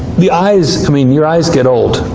the eyes i mean your eyes get old.